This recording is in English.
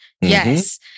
yes